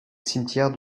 cimetière